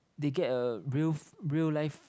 they get a real real life